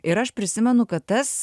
ir aš prisimenu kad tas